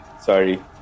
Sorry